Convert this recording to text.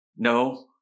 No